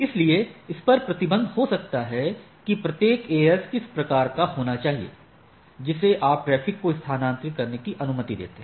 इसलिए इस पर प्रतिबंध हो सकता है कि प्रत्येक AS किस प्रकार का होना चाहिए जिसे आप ट्रैफ़िक को स्थानांतरित करने की अनुमति देते हैं